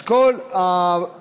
אז כל הבתים,